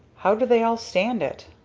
how do they all stand it?